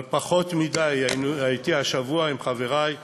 אבל יש פחות מדי: הייתי השבוע עם חברי,